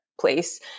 place